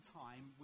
time